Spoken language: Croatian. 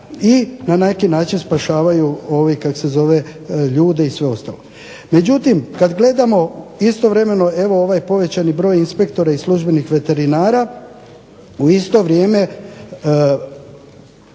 i na neki način spašavaju ljude i sve ostalo. Međutim, kad gledamo istovremeno ovaj povećani broj inspektora i službenih veterinara u isto vrijeme,